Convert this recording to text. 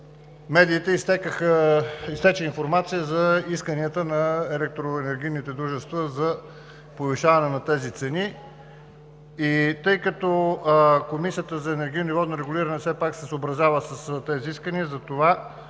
медиите изтече информация за исканията на електроенергийните дружества за повишаване на тези цени. Тъй като Комисията за енергийно и водно регулиране все пак се съобразява с тези искания,